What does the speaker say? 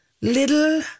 little